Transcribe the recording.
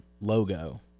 logo